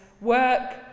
work